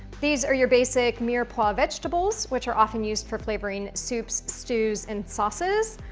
these are your basic mirepoix vegetables, which are often used for flavoring soups, stews, and sauces,